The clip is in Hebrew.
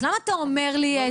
אז למה אתה אומר לי?